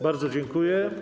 Bardzo dziękuję.